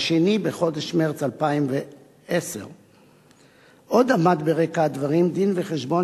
והשני בחודש מרס 2010. עוד עמד ברקע הדברים דין-וחשבון